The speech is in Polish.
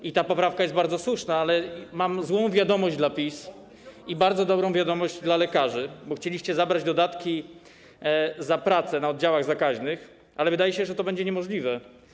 I ta poprawka jest bardzo słuszna, ale mam złą wiadomość dla PiS i bardzo dobrą wiadomość dla lekarzy, bo chcieliście zabrać dodatki za pracę na oddziałach zakaźnych, ale wydaje się, że to będzie niemożliwe.